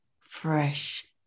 fresh